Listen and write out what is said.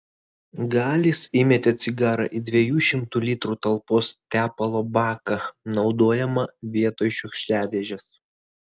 galis įmetė cigarą į dviejų šimtų litrų talpos tepalo baką naudojamą vietoj šiukšliadėžės